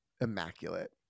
immaculate